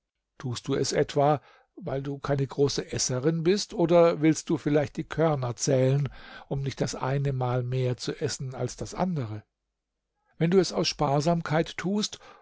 tust du es etwa weil du keine große esserin bist oder willst du vielleicht die körner zählen um nicht das eine mal mehr zu essen als das andere wenn du es aus sparsamkeit tust